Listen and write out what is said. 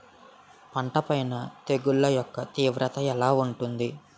పంట పైన తెగుళ్లు యెక్క తీవ్రత ఎలా ఉంటుంది